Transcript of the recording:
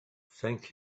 thank